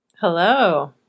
Hello